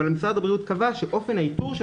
אבל משרד הבריאות קבע שאופן האיתור של